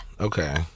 Okay